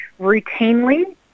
routinely